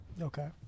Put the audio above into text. Okay